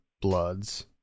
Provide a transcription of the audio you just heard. bloods